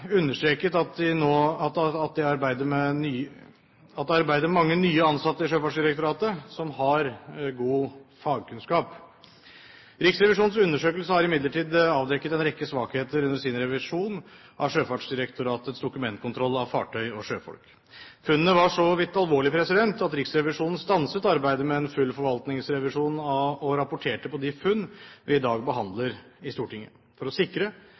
understreket at det arbeider mange nye ansatte i Sjøfartsdirektoratet som har god fagkunnskap. Riksrevisjonens undersøkelse har imidlertid avdekket en rekke svakheter under sin revisjon av Sjøfartsdirektoratets dokumentkontroll av fartøy og sjøfolk. Funnene var så vidt alvorlige at Riksrevisjonen stanset arbeidet med en full forvaltningsrevisjon og rapporterte på de funn vi i dag behandler i Stortinget, for å sikre